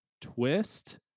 twist